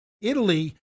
Italy